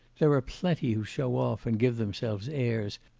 there are plenty who show off, and give themselves airs,